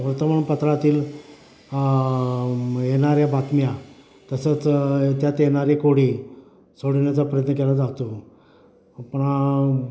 वर्तमानपत्रातील येणारे बातम्या तसंच त्यात येणारी कोडी सोडविण्याचा प्रयत्न केला जातो आपण आ